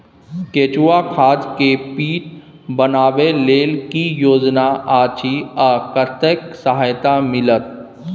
केचुआ खाद के पीट बनाबै लेल की योजना अछि आ कतेक सहायता मिलत?